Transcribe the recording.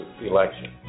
election